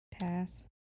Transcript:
pass